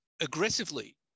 aggressively